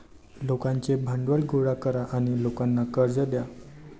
लोकांचे भांडवल गोळा करा आणि लोकांना कर्ज द्या